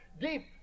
deep